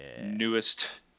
newest